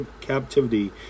captivity